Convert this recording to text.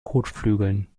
kotflügeln